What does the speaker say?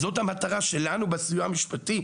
זוהי המטרה שלנו, בסיוע המשפטי.